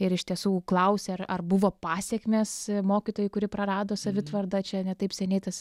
ir iš tiesų klausė ar ar buvo pasekmės mokytojai kuri prarado savitvardą čia ne taip seniai tas